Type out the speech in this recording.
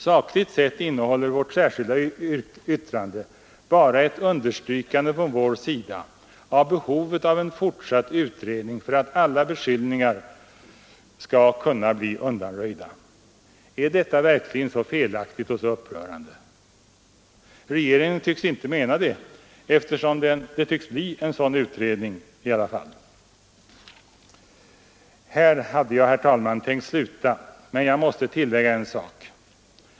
Sakligt sett innehåller vårt särskilda yttrande bara ett understrykande från vår sida av behovet av en fortsatt utredning för att alla beskyllningar skall kunna bli undanröjda. Är detta verkligen så felaktigt och så upprörande? Regeringen tycks inte mena det, eftersom det förefaller att bli en sådan utredning i alla fall. Här hade jag, herr talman, tänkt sluta, men jag måste tillägga en sak.